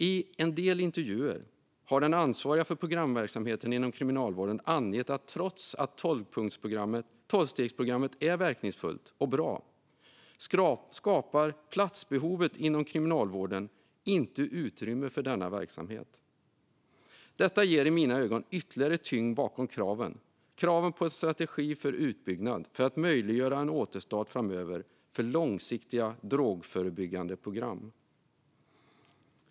I en del intervjuer har den ansvariga för programverksamheten inom kriminalvården angett att trots att tolvstegsprogrammet är verkningsfullt och bra skapar platsbehovet inom kriminalvården inte utrymme för denna verksamhet. Detta ger i mina ögon ytterligare tyngd bakom kraven på en strategi för utbyggnad för att möjliggöra en återstart framöver för långsiktiga drogförebyggande program.